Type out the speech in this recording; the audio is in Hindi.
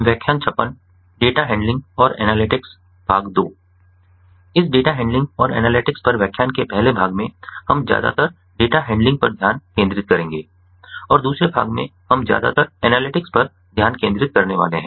इस डेटा हैंडलिंग और एनालिटिक्स पर व्याख्यान के पहले भाग में हम ज्यादातर डेटा हैंडलिंग पर ध्यान केंद्रित करेंगे और दूसरे भाग में हम ज्यादातर एनालिटिक्स पर ध्यान केंद्रित करने वाले हैं